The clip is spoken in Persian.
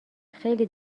خیلی